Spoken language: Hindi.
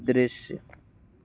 दृश्य